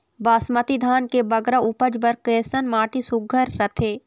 बासमती धान के बगरा उपज बर कैसन माटी सुघ्घर रथे?